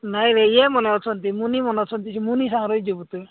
ନାଇଁରେ ଇଏ ମନେ ଅଛନ୍ତି ମୁନି ଅଛନ୍ତି ମୁନି ସାଙ୍ଗରେ ଯିବୁ ତୁହି